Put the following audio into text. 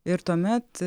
ir tuomet